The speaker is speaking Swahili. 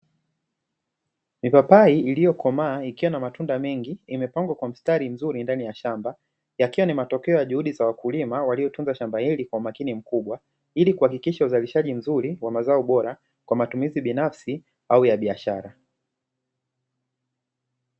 Mipapai iliyokomaa ikiwa na matunda mengi imepangwa kwa mstari mzuri ndani ya shamba, yakiwa ni matokeo ya juhudi za wakulima waliotunza shamba hili kwa umakini mkubwa ili kuhakikisha uzalishaji mzuri wa mazao bora kwa matumizi binafsi au biashara.